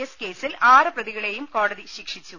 S കേസിൽ ആറ് പ്രതികളെയും കോടതി ശിക്ഷിച്ചു